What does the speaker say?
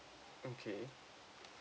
okay